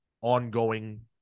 ongoing